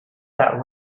that